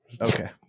Okay